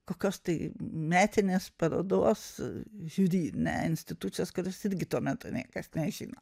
kokios tai metinės parodos žiūri ne institucijos kurios irgi tuo metu niekas nežino